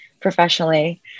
professionally